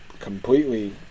completely